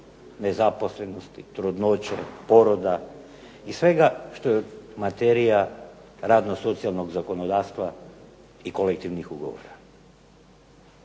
nezaposlenosti, trudnoće, poroda i svega što je materija radno socijalnog zakonodavstva i kolektivnih ugovora.